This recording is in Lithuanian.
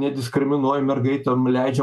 nediskriminuoja mergaitėm leidžia